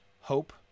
Hope